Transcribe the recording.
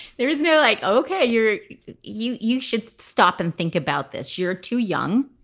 there is no like okay, you're you you should stop and think about this you're too young,